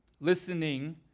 listening